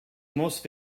most